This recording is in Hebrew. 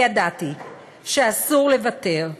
וידעתי שאסור לוותר,